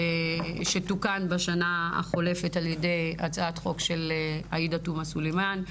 שתוקן בשנה החולפת על ידי הצעת חוק של עאידה תומא סלימאן,